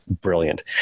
brilliant